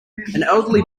elderly